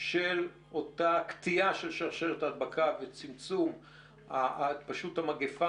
של אותה קטיעה של שרשרת הדבקה וצמצום התפשטות המגיפה